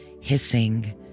hissing